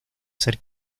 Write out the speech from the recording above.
ser